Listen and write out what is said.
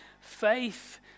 faith